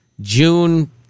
June